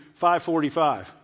5.45